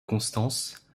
constance